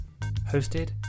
hosted